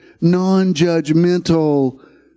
non-judgmental